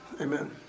amen